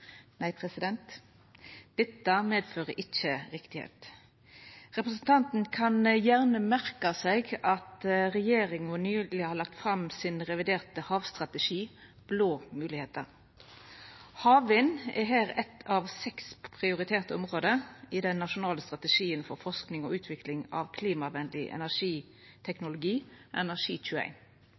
Nei, det er ikkje riktig. Representanten kan gjerne merka seg at regjeringa nyleg har lagt fram ein revidert havstrategi, Blå muligheter. Havvind er her eitt av seks prioriterte område i den nasjonale strategien for forsking på og utvikling av klimavennleg energiteknologi,